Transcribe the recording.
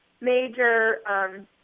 major